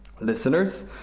listeners